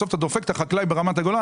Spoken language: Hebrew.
בסוף אתה דופק את החקלאי ברמת הגולן,